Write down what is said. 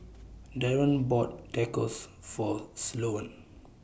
Darren bought Tacos For Sloane